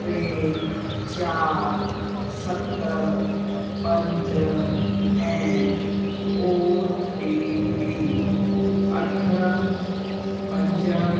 टे चारि सत पंज ऐं ओ टी पी अठ पंज